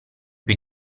più